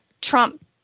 Trump